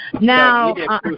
Now